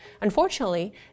Unfortunately